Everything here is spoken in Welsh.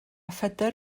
phedair